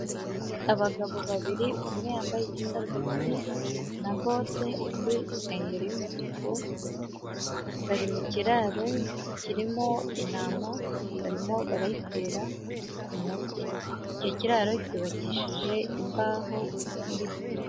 Abagabo babiri: umwe yambaye igisarubeti na bote, undi isengeri y'umutuku, bari mu kiraro kirimo intama barimo barayitera umuti; icyo kiraro cyubakishije imbaho n'ibiti.